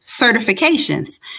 certifications